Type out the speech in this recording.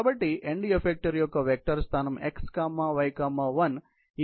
కాబట్టి end effector యొక్క vector స్థానం x y 1 ఈ TRR మ్యాట్రిక్స్ 1 0 1